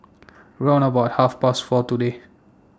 round about Half Past four today